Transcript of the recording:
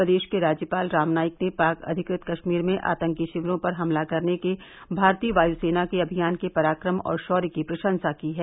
प्रदेश के राज्यपाल राम नाईक ने पाक अधिकृत कश्मीर में आतंकी शिविरों पर हमला करने के भारतीय वायुसेना के अभियान के पराक्रम और शौर्य की प्रशंसा की है